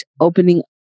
opening